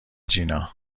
جینا